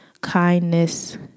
kindness